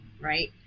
right